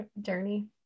journey